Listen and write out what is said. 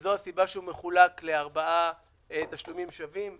וזו הסיבה שהוא מחולק לארבעה תשלומים שווים.